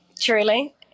truly